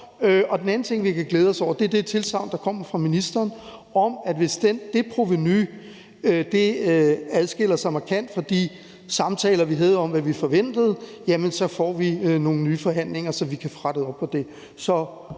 Og den anden ting, vi kan glæde os over, er det tilsagn, der kom fra ministeren, om, at hvis det provenu adskiller sig markant fra det, der fremgik af de samtaler, vi havde om, hvad vi forventede, så får vi nogle nye forhandlinger, så vi kan få rettet op på det.